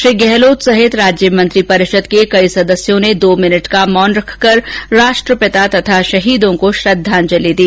श्री गहलोत सहित राज्य मंत्रिपरिषद के कई सदस्यों ने दो मिनट का मौन रखकर राष्ट्रपिता तथा शहीदों को श्रद्वांजलि दी